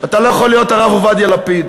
אתה לא יכול להיות הרב עובדיה לפיד.